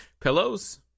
Pillows